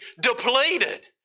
depleted